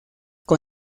con